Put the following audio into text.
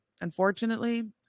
unfortunately